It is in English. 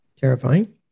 terrifying